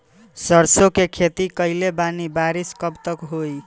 सरसों के खेती कईले बानी बारिश कब तक होई?